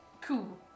Cool